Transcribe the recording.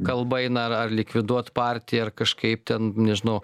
kalba eina ar ar likviduot partiją ar kažkaip ten nežinau